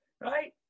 right